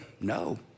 no